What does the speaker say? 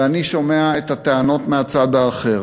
ואני שומע את הטענות מהצד האחר,